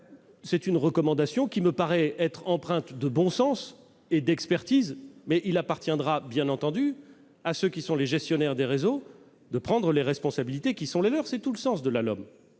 Cette recommandation me paraît empreinte de bon sens et d'expertise, mais il appartiendra, bien entendu, à ceux qui sont les gestionnaires des réseaux de prendre leurs responsabilités ; c'est tout le sens de la LOM